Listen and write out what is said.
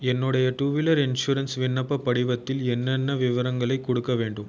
என்னுடைய two wheeler insurance விண்ணப்பப் படிவத்தில் என்னென்ன விவரங்களைக் கொடுக்க வேண்டும்